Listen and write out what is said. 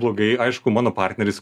blogai aišku mano partneris